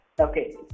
Okay